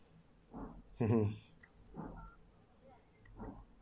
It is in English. mmhmm